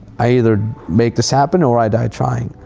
i either make this happen or i die trying,